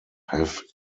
have